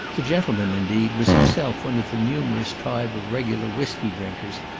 the gentleman, indeed, was himself one of the numerous tribe of regular whiskey drinkers,